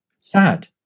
sad